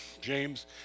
James